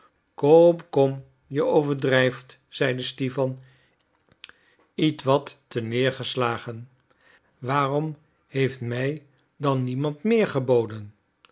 kom kom je overdrijft zeide stipan ietwat terneer geslagen waarom heeft mij dan niemand meer geboden